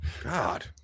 God